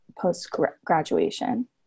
post-graduation